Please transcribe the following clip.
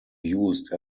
used